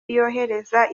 yohereza